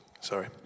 sorry